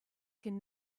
can